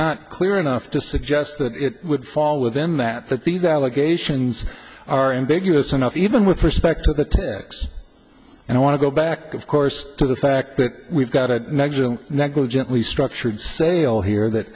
not clear enough to suggest that it would fall within that that these allegations are ambiguous enough even with respect to x and i want to go back of course to the fact that we've got a negligent restructured sale here that